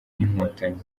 n’inkotanyi